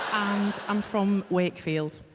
and i'm from wakefield